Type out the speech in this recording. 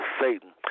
Satan